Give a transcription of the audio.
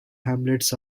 hamlets